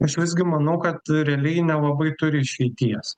aš visgi manau kad realiai nelabai turi išeities